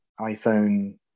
iPhone